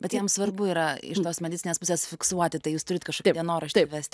bet jam svarbu yra iš tos medicininės pusės fiksuoti tai jūs turit kašokį dienoraštį vesti